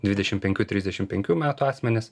dvidešimt penkių trisdešimt penkių metų asmenys